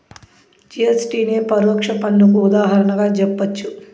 GST నే పరోక్ష పన్నుకు ఉదాహరణగా జెప్పచ్చు